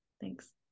Thanks